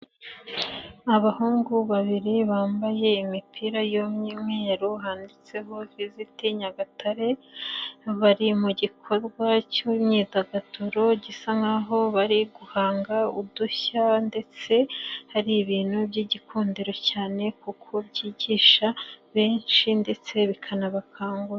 Abahungu babiri bambaye imipira y'umweru, handitseho visiti Nyagatare, bari mu gikorwa cy'imyidagaduro, gisa nk'aho bari guhanga udushya ndetse hari ibintu by'igikundiro cyane kuko byigisha benshi ndetse bikanabakangura.